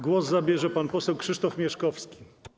Głos zabierze pan poseł Krzysztof Mieszkowski.